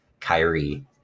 Kyrie